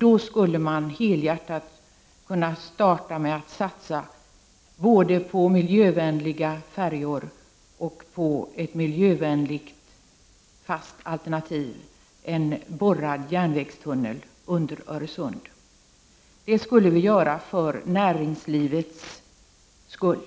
Då skulle man helhjärtat kunna börja satsa både på miljövänligare färjor och ett miljövänligt fast alternativ, en borrad järnvägstunnel under Öresund. Det skulle vi göra bl.a. för näringslivets skull.